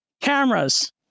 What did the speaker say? cameras